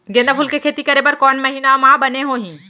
गेंदा फूल के खेती शुरू करे बर कौन महीना मा बने होही?